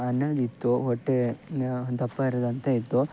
ಅನ್ನದು ಇತ್ತು ಹೊಟ್ಟೆ ದಪ್ಪ ಇರದಂತ ಇತ್ತು